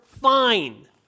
fine